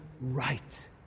right